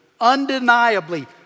Undeniably